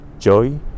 joy